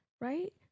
right